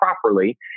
properly